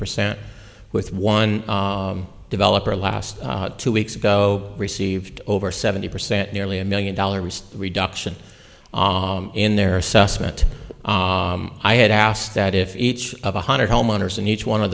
percent with one developer last two weeks ago received over seventy percent nearly a million dollars reduction in their assessment i had asked that if each of one hundred homeowners and each one of